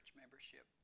membership